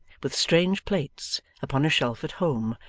with strange plates, upon a shelf at home,